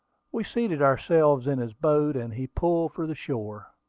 we seated ourselves in his boat, and he pulled for the shore.